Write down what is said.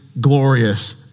glorious